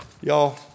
Y'all